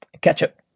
Ketchup